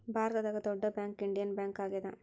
ಭಾರತದಾಗ ದೊಡ್ಡ bank Indian Bank ಆಗ್ಯಾದ